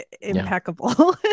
impeccable